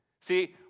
See